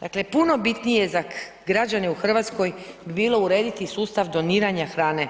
Dakle, puno bitnije za građane u Hrvatskoj bi bilo urediti sustav doniranja hrane,